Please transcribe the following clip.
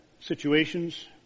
situations